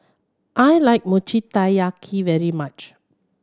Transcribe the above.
I like Mochi Taiyaki very much